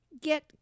get